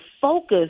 focus